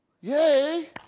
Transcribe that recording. Yay